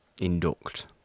induct